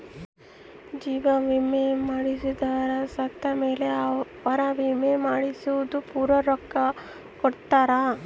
ಜೀವ ವಿಮೆ ಮಾಡ್ಸದೊರು ಸತ್ ಮೇಲೆ ಅವ್ರ ವಿಮೆ ಮಾಡ್ಸಿದ್ದು ಪೂರ ರೊಕ್ಕ ಕೊಡ್ತಾರ